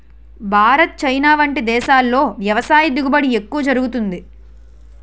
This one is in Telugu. భారత్, చైనా వంటి దేశాల్లో వ్యవసాయ దిగుబడి ఎక్కువ జరుగుతుంది